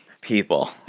people